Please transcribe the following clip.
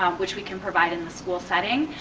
ah which we can provide in the school setting.